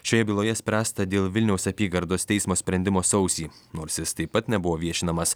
šioje byloje spręsta dėl vilniaus apygardos teismo sprendimo sausį nors jis taip pat nebuvo viešinamas